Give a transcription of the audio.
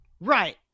Right